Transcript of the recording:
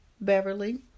Beverly